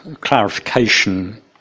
clarification